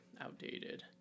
outdated